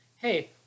hey